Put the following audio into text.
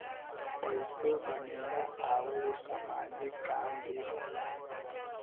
पइसो बनेला आउर सामाजिक काम भी होला